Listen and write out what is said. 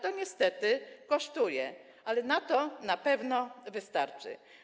To niestety kosztuje, ale na to na pewno wystarczy.